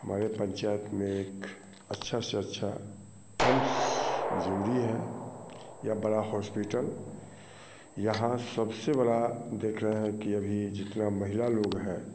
हमारे पंचायत में एक अच्छा से अच्छा एम्स जरुरी है या बड़ा हॉस्पिटल यहाँ सबसे बड़ा देख रहे है कि अभी जितना महिला लोग है